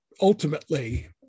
ultimately